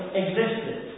existed